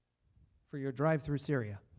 for your drive through syria.